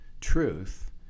truth